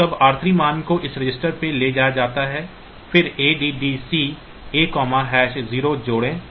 तो तब r3 मान को इस रजिस्टर पर ले जाया जाता है फिर addc a 0 जोड़ें